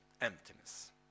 emptiness